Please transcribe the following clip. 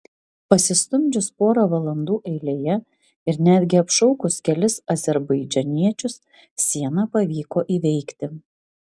pasistumdžius porą valandų eilėje ir netgi apšaukus kelis azerbaidžaniečius sieną pavyko įveikti